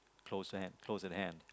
close at hand close at hand